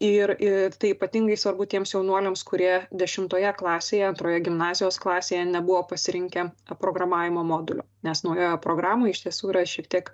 ir ir tai ypatingai svarbu tiems jaunuoliams kurie dešimtoje klasėje antroje gimnazijos klasėje nebuvo pasirinkę programavimo modulio nes naujoje programoj iš tiesų yra šiek tiek